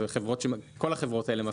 כל החברות האלה,